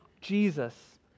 Jesus